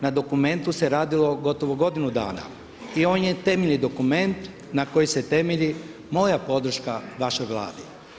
Na dokumentu se radilo gotovo godinu dana i on je temeljni dokument na kojem se temelji moja podrška vašoj Vladi.